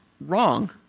wrong